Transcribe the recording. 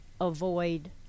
avoid